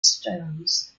stones